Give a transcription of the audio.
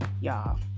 y'all